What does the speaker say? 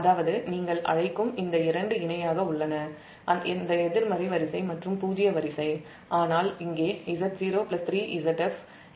அதாவது நீங்கள் அழைக்கும் இந்த இரண்டு இணையாக உள்ளன அந்த எதிர்மறை வரிசை மற்றும் பூஜ்ஜிய வரிசை ஆனால் இங்கே Z0 3 Zf இவை இரண்டும் இணையாக உள்ளன